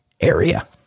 area